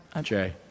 Jay